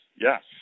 Yes